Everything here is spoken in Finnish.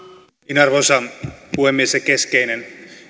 arvoisa puhemies se keskeinen